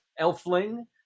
elfling